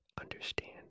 understand